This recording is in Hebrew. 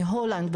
מהולנד,